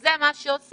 שזה מה שעושים,